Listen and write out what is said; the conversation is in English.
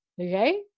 Okay